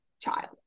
child